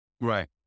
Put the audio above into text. Right